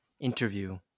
interview